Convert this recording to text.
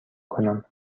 کنم